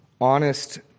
honest